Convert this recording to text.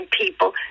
people